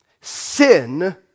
Sin